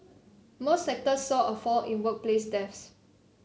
most sectors saw a fall in workplace deaths